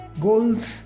goals